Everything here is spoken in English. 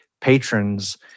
patrons